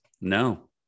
No